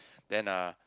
then uh